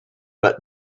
but